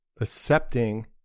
accepting